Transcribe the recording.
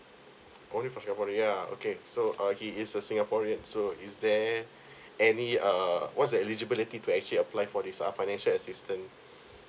only for singaporean yeah okay so uh he is a singaporean so is there any uh what's the eligibility to actually apply for this ah financial assistance